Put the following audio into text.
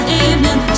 evening